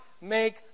make